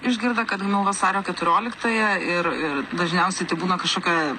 išgirdę kad gimiau vasario keturioliktąją ir ir dažniausiai tai būna kažkokia